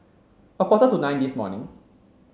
a quarter to nine this morning